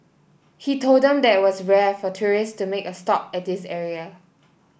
he told them that was rare for tourist to make a stop at this area